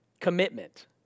commitment